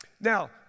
Now